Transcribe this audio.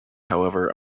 however